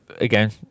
Again